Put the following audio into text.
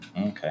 Okay